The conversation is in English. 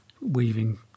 weaving